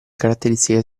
caratteristiche